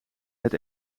het